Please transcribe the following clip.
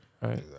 right